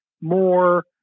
more